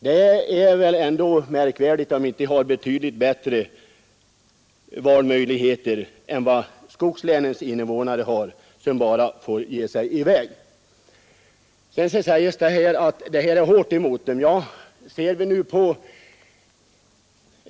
Då vore det väl bra märkvärdigt om inte de människorna har betydligt bättre valmöjligheter än vad skogslänens invånare har, som ju bara får ge sig i väg. Sedan säger man att det är hårt handlat mot de utlokaliserade.